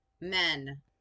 men